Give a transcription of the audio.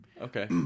Okay